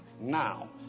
Now